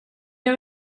jag